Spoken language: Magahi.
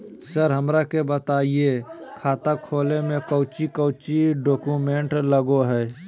सर हमरा के बताएं खाता खोले में कोच्चि कोच्चि डॉक्यूमेंट लगो है?